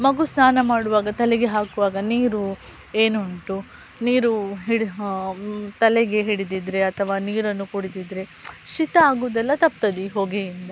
ಮಗು ಸ್ನಾನ ಮಾಡುವಾಗ ತಲೆಗೆ ಹಾಕುವಾಗ ನೀರು ಏನುಂಟು ನೀರು ಹಿಡಿ ತಲೆಗೆ ಹಿಡಿದಿದ್ದಿದ್ರೆ ಅಥವಾ ನೀರನ್ನು ಕುಡಿದಿದ್ದರೆ ಶೀತ ಆಗೋದೆಲ್ಲ ತಪ್ತದೆ ಈ ಹೊಗೆಯಿಂದ